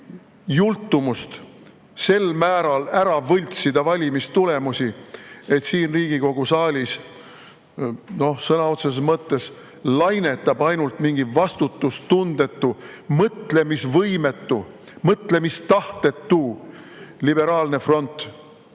jultumust sel määral ära võltsida valimistulemusi, et siin Riigikogu saalis sõna otseses mõttes lainetab ainult mingi vastutustundetu, mõtlemisvõimetu, mõtlemistahtetu liberaalne front.